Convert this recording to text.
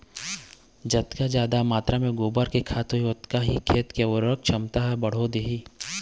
जतका जादा मातरा म गोबर के खाद होही ओतके ही खेत के उरवरक छमता म बड़होत्तरी होही